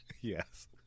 Yes